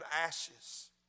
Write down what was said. ashes